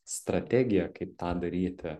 strategiją kaip tą daryti